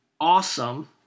awesome